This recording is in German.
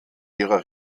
ihrer